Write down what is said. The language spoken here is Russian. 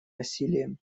насилием